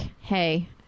hey